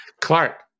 Clark